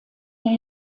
der